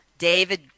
David